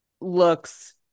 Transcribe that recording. looks